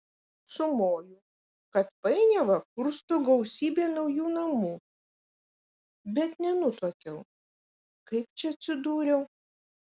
sumoju kad painiavą kursto gausybė naujų namų bet nenutuokiu kaip čia atsidūriau